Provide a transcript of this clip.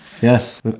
yes